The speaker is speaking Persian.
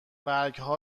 برگها